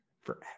forever